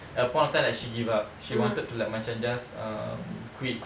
at a point of time she give up she wanted to like macam just um quit